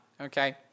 Okay